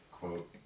quote